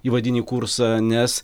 įvadinį kursą nes